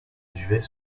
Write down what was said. duvet